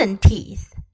teeth